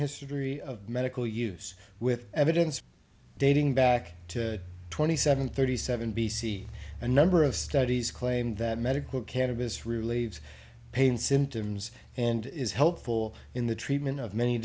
history of medical use with evidence dating back to twenty seven thirty seven b c a number of studies claimed that medical cannabis relieves pain symptoms and is helpful in the treatment of many